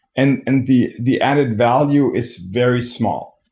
and and the the added value is very small.